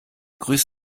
grüß